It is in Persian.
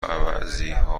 عوضیها